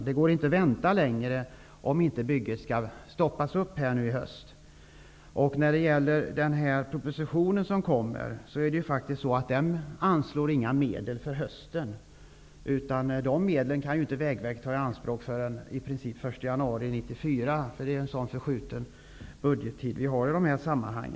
Det går inte att vänta längre. Om inget sker, kommer bygget att stoppas upp i höst. När det gäller den proposition som skall läggas fram vill jag framhålla att några medel för hösten inte anslås där. Vägverket kan i princip inte ta anslagna medel i anspråk förrän den 1 januari 1994. Sådana förskjutningar blir det i budgetsammanhang.